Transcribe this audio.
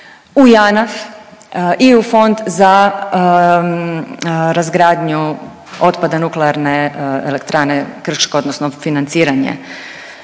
u JANAF i u Fond za razgradnju otpada nuklearne elektrane Krško, odnosno financiranje